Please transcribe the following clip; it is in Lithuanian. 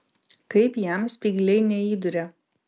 kaip jam spygliai neįduria